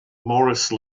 maurice